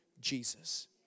Jesus